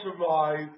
survive